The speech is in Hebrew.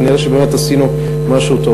כנראה באמת עשינו משהו טוב.